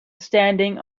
standing